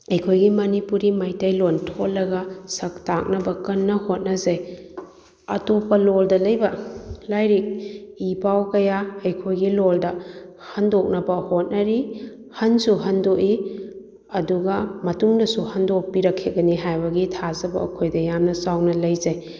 ꯑꯩꯈꯣꯏꯒꯤ ꯃꯅꯤꯄꯨꯔꯤ ꯃꯩꯇꯩꯂꯣꯟ ꯊꯣꯜꯂꯒ ꯁꯛ ꯇꯥꯛꯅꯕ ꯀꯟꯅ ꯍꯣꯠꯅꯖꯩ ꯑꯇꯣꯞꯄ ꯂꯣꯟꯗ ꯂꯩꯕ ꯂꯥꯏꯔꯤꯛ ꯏ ꯄꯥꯎ ꯀꯌꯥ ꯑꯩꯈꯣꯏꯒꯤ ꯂꯣꯜꯗ ꯍꯟꯗꯣꯛꯅꯕ ꯍꯣꯠꯅꯔꯤ ꯍꯟꯁꯨ ꯍꯟꯗꯣꯛꯏ ꯑꯗꯨꯒ ꯃꯇꯨꯡꯗꯁꯨ ꯍꯟꯗꯣꯛꯄꯤꯔꯛꯈꯤꯒꯅꯤ ꯍꯥꯏꯕꯒꯤ ꯊꯥꯖꯕ ꯑꯩꯈꯣꯏꯗ ꯌꯥꯝꯅ ꯆꯥꯎꯅ ꯂꯩꯖꯩ